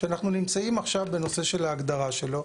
שאנחנו נמצאים עכשיו בנושא של ההגדרה שלו,